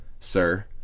sir